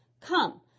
Come